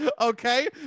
okay